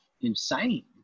insane